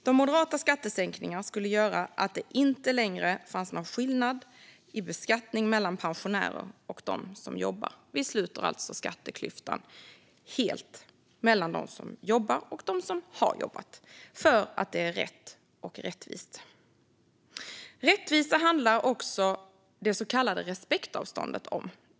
De moderata skattesänkningarna skulle göra att det inte längre skulle finnas någon skillnad i beskattning mellan pensionärer och dem som jobbar. Vi sluter alltså skatteklyftan helt mellan dem som jobbar och dem som har jobbat, för det är rätt och rättvist. Rättvisa handlar också det så kallade respektavståndet om.